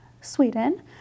Sweden